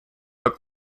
but